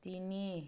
ତିନି